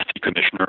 commissioner